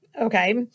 okay